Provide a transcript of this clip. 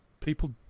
people